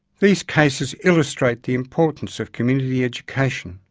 these cases illustrate the importance of community education,